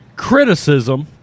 criticism